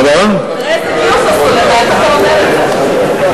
תראה איזה גיוס עשו לך, איך אתה אומר את זה.